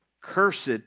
Cursed